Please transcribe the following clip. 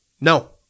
No